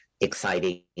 exciting